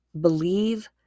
believe